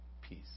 peace